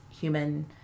human